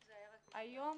היום,